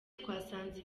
twasanze